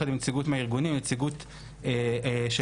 יחד עם נציגות מהארגונים ונציגות של